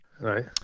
Right